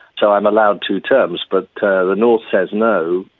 so i'm allowed two terms, but the north says no,